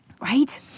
Right